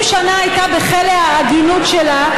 ש-20 שנה הייתה בכלא העגינות שלה,